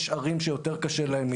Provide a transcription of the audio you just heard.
יש ערים שיותר קשה להם מאיתנו,